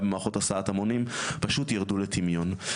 במערכות הסעת המונים פשוט ירדו לטמיון.